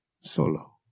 Solo